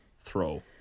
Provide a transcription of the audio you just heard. throw